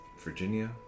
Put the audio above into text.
Virginia